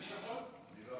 אני יכול?